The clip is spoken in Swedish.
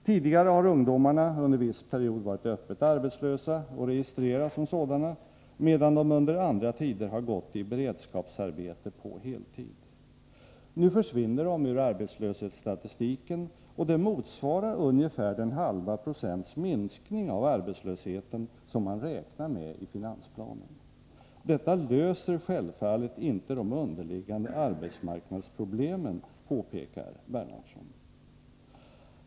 Tidigare har ungdomarna under viss period varit öppet arbetslösa och registrerats som sådana, medan de under andra tider har gått i beredskapsarbete på heltid. Nu försvinner de ur arbetslöshetsstatistiken, och det motsvarar ungefär den halva procents minskning av arbetslösheten som man räknar med i finansplanen. Det löser självfallet inte de underliggande arbetsmarknadsproblemen, påpekar Bernhardsson.